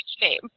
name